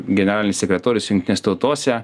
generalinis sekretorius jungtinėse tautose